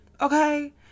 okay